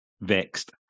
vexed